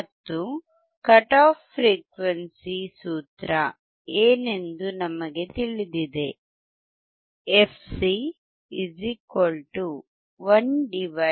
ಮತ್ತು cut off frequency ಯ ಸೂತ್ರ ಏನೆಂದು ನಮಗೆ ತಿಳಿದಿದೆ fc12πRC